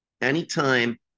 Anytime